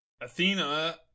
Athena